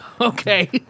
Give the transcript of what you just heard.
Okay